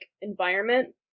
environment